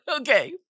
Okay